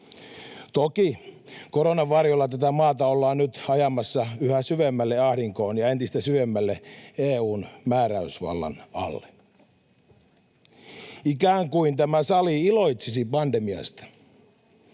Toki koronan varjolla tätä maata ollaan nyt ajamassa yhä syvemmälle ahdinkoon ja entistä syvemmälle EU:n määräysvallan alle, ikään kuin tämä sali iloitsisi pandemiasta.